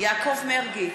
יעקב מרגי,